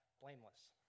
blameless